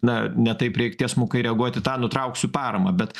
na ne taip reik tiesmukai reaguot į tą nutrauksiu paramą bet